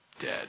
Dead